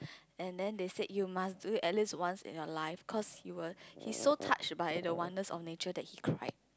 and then they said you must do it at least once in your life cause you were he's so touched by the wonders of nature that he cried